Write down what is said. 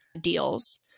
deals